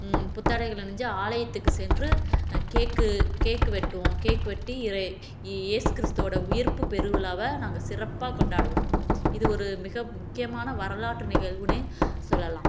புத்தாடைகள் அணிஞ்சு ஆலயத்துக்கு சென்று கேக்கு கேக்கு வெட்டுவோம் கேக்கு வெட்டி இறை ஏசு கிறிஸ்துவோடு உயிர்ப்பு பெருவிழாவை நாங்கள் சிறப்பாக கொண்டாடுவோம் இது ஒரு மிக முக்கியமான வரலாற்று நிகழ்வுன்னே சொல்லலாம்